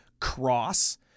cross